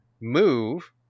move